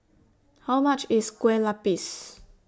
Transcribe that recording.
How much IS Kueh Lapis